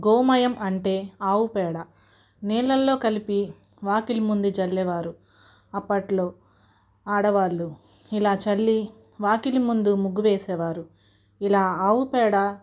గోమయం అంటే ఆవుపేడ నీళ్ళలో కలిపి వాకిలి ముందే చల్లేవారు అప్పట్లో ఆడవాళ్ళు ఇలా చల్లి వాకిలి ముందు ముగ్గు వేసేవారు ఇలా ఆవుపేడ